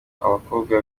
abakobwa